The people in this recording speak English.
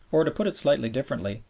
or, to put it slightly differently,